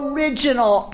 Original